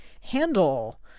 handle